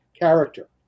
character